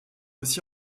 aussi